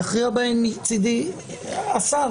יכריע בהן, מצידי, השר.